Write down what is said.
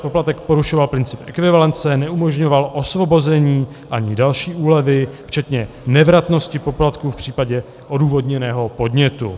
Poplatek porušoval princip ekvivalence, neumožňoval osvobození ani další úlevy včetně nevratnosti poplatku v případě odůvodněného podnětu.